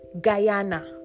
guyana